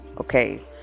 Okay